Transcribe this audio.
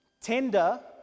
Tender